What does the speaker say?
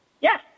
Yes